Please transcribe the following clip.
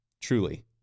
Truly